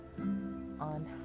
on